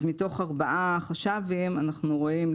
אז מתוך ארבעה חש"בים אנחנו רואים,